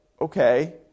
okay